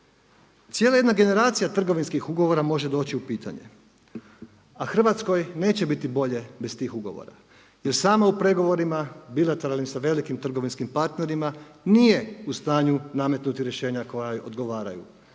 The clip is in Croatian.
Cijela jedna generacija trgovinskih ugovora može doći u pitanje, a Hrvatskoj neće biti bolje bez tih ugovora jer sama u pregovorima bilateralnim, sa velikim trgovinskim partnerima nije u stanju nametnuti rješenja koja joj odgovaraju.